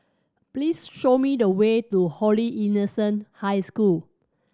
please show me the way to Holy Innocents' High School